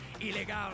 Illegal